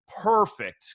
perfect